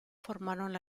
formaron